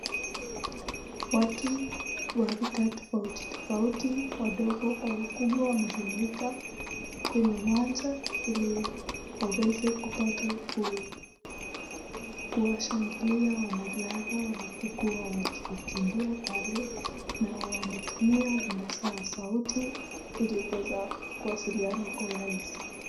Watu wa rika tofauti tofauti, wadogo kwa wakubwa wamejumuika kwenye uwanja ili waweze kupata kuwashangilia wanariadha wanapokuwa wakikimbia pale na wanatumia vinasa sauti ili kuweza kuwasiliana kwa urahisi.